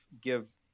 give